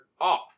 off